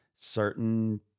certain